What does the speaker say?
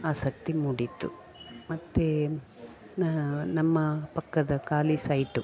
ಆಸಕ್ತಿ ಮೂಡಿತು ಮತ್ತು ನಮ್ಮ ಪಕ್ಕದ ಖಾಲಿ ಸೈಟು